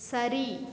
சரி